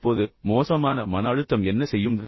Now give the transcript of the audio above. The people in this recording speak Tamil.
இப்போது மோசமான மன அழுத்தம் என்ன செய்யும்